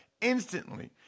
instantly